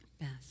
best